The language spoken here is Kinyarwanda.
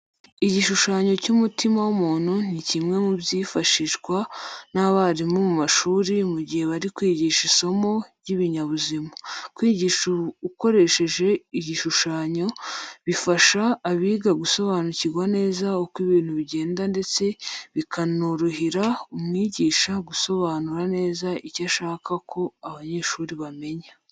Igishushanyo cy'umutima w'umuntu ni kimwe mu byifashishwa n'abarimu mu mashuri mu gihe bari kwigisha isomo ry'ibinyabuzima. Kwigisha ukoresheje ibishushanyo bifasha abiga gusobanukirwa neza uko ibintu bigenda ndetse bikanorohera umwigisha gusobanura neza icyo ashaka ko abanyeshuri bamenya.